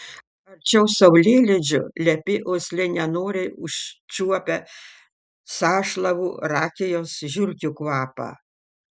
arčiau saulėlydžio lepi uoslė nenoriai užčiuopia sąšlavų rakijos žiurkių kvapą